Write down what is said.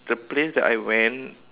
the place that I went